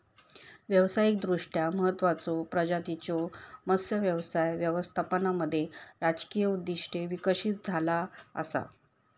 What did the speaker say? व्यावसायिकदृष्ट्या महत्त्वाचचो प्रजातींच्यो मत्स्य व्यवसाय व्यवस्थापनामध्ये राजकीय उद्दिष्टे विकसित झाला असा